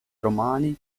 romani